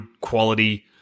quality